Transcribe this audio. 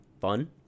fun